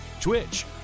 Twitch